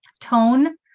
tone